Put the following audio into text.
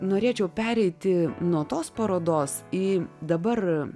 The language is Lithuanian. norėčiau pereiti nuo tos parodos į dabar